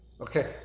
Okay